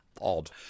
odd